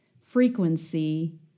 frequency